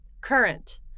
Current